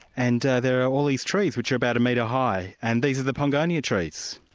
and there are all these trees which are about a metre high. and these are the pongonia trees.